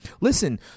listen